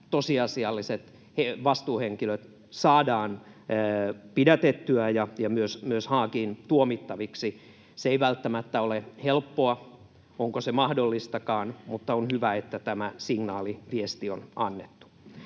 tosiasialliset vastuuhenkilöt saadaan pidätettyä ja myös Haagiin tuomittaviksi. Se ei välttämättä ole helppoa. Onko se mahdollistakaan? Mutta on hyvä, että tämä signaali, viesti, on annettu.